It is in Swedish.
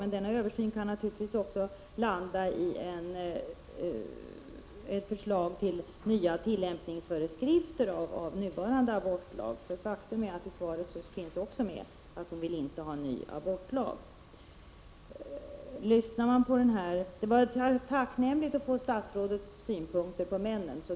Men denna översyn kan naturligtvis också resultera i ett förslag till nya tillämpningsföreskrifter till nuvarande abortlag. Faktum är att det i anförandet också finns med att hon inte vill ha en ny abortlag. Det var tacknämligt att få statsrådets synpunkt på männen.